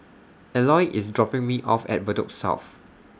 Eloy IS dropping Me off At Bedok South